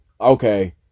okay